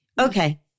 Okay